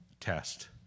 test